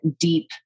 deep